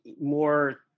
more